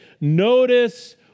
notice